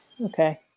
okay